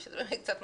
שזה אולי קצת מצחיק,